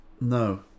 no